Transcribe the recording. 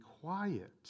quiet